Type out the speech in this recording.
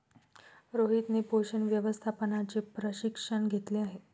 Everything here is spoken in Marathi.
रोहितने पोषण व्यवस्थापनाचे प्रशिक्षण घेतले आहे